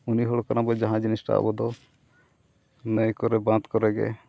ᱩᱱᱤ ᱦᱚᱲ ᱠᱟᱱᱟ ᱵᱚ ᱡᱟᱦᱟᱸ ᱡᱤᱱᱤᱥᱴᱟ ᱟᱵᱚ ᱫᱚ ᱱᱟᱹᱭ ᱠᱚᱨᱮ ᱵᱟᱸᱫᱽ ᱠᱚᱨᱮ ᱜᱮ